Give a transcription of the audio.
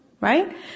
right